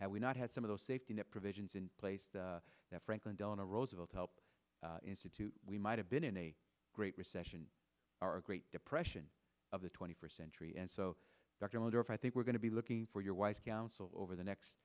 that we not had some of those safety net provisions in place that franklin delano roosevelt helped institute we might have been in a great recession or a great depression of the twenty first century and so dr moore if i think we're going to be looking for your wife's counsel over the next